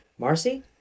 Marcy